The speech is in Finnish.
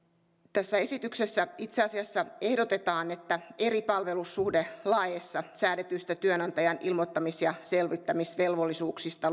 tässä esityksessä itse asiassa ehdotetaan että eri palvelussuhdelaeissa säädetyistä työnantajan ilmoittamis ja selvittämisvelvollisuuksista